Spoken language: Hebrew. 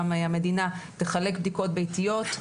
גם המדינה תחלק בדיקות ביתיות,